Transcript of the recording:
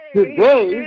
Today